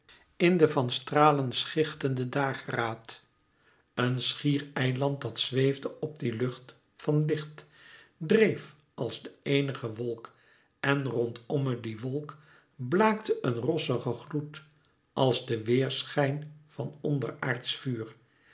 in de van stralen schichtende dageraad een schiereiland dat zwevende op die lucht van licht dreef als de eenige wolk en rondomme die wolk blaakte een rossige gloed als de weêrschijn van onderaardsch vuur